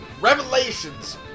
revelations